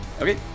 Okay